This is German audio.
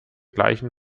gleichen